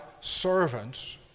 servants